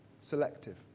selective